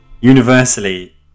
universally